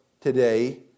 today